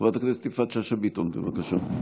חברת הכנסת יפעת שאשא ביטון, בבקשה.